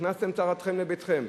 הכנסתם צרכתם לביתכם.